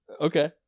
Okay